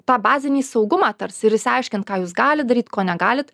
tą bazinį saugumą tarsi ir išsiaiškint ką jūs galit daryt ko negalit